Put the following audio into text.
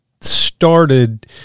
started